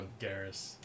Garrus